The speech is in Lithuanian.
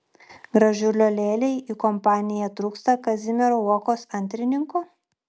gražulio lėlei į kompaniją trūksta kazimiero uokos antrininko